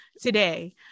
today